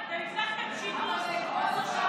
אתם הבטחתם שינוי, תעשו שינוי.